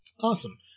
Awesome